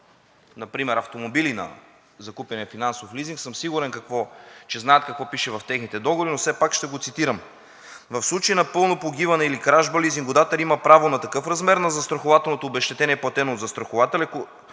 например автомобили, закупени на финансов лизинг, съм сигурен, че знаят какво пише в техните договори, но все пак ще го цитирам: „В случай на пълно погиване или кражба лизингодателят има право на такъв размер на застрахователното обезщетение, платено от застрахователя,